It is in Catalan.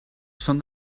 són